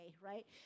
right